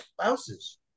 spouses